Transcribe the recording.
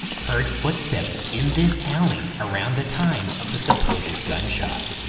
heard footsteps in this alley around the time of the supposed gunshot.